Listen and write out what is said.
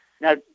now